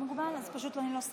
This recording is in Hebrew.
בבקשה, תרד מהבמה.